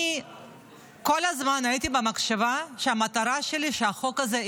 אני כל הזמן הייתי במחשבה שהמטרה שלי היא שהחוק הזה יעבוד,